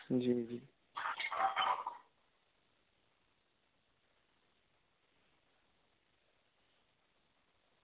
जी जी